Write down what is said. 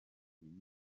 ikintu